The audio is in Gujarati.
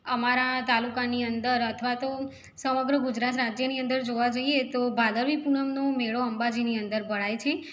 અમારા તાલુકાની અંદર અથવા તો સમગ્ર ગુજરાત રાજ્યની અંદર જોવા જઈએ તો ભાદરવી પૂનમનો મેળો અંબાજીની અંદર ભરાય છે